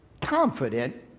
confident